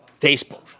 Facebook